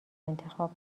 انتخاب